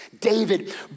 David